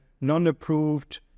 non-approved